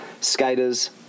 skaters